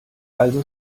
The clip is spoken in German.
also